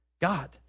God